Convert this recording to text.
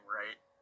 right